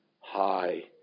high